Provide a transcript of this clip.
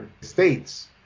states